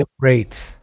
great